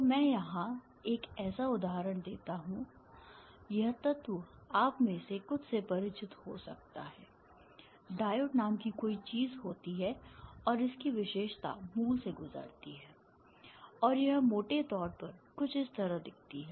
तो मैं यहां एक ऐसा उदाहरण देता हूं यह तत्व आप में से कुछ से परिचित हो सकता है डायोड नाम की कोई चीज होती है और इसकी विशेषता मूल से गुजरती है और यह मोटे तौर पर कुछ इस तरह दिखती है